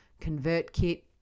ConvertKit